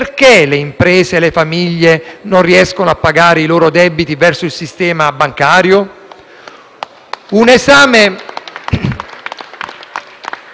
perché le imprese e le famiglie non riescono a pagare i loro debiti verso il sistema bancario.